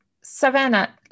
Savannah